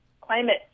climate